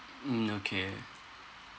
mm okay